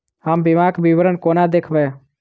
हम बीमाक विवरण कोना देखबै?